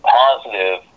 positive